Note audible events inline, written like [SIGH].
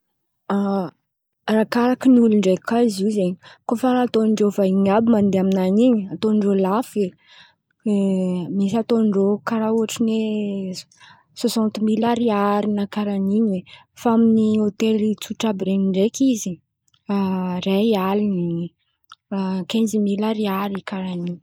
[HESITATION] Arakaraka olo ndraiky kà zio zen̈y koa fa vahiny àby in̈y mandeha amin̈any ataondrô lafo misy ataondreo karà ôtriny hoe soasanty mily ariary na karà in̈y oe fa amin̈'ny hôtely tsotra àby ren̈y ndraiky izy [HESITATION] iray alin̈y [HESITATION] kinzy mily ariary karà in̈y.